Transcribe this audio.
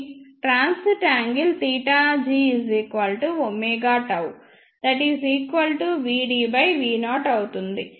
transit angle g ωτ vdv0 అవుతుంది